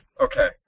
Okay